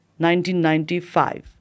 1995